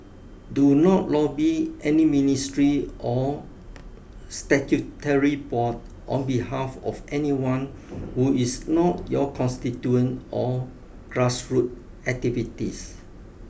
do not lobby any ministry or statutory board on behalf of anyone who is not your constituent or grassroot activities